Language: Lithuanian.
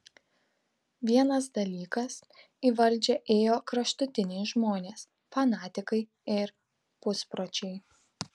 vienas dalykas į valdžią ėjo kraštutiniai žmonės fanatikai ir puspročiai